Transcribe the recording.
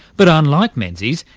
but unlike menzies,